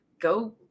go